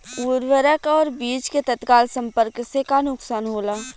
उर्वरक और बीज के तत्काल संपर्क से का नुकसान होला?